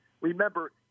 remember